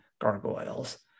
gargoyles